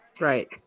Right